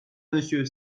monsieur